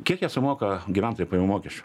kiek jie sumoka gyventojų pajamų mokesčio